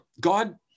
God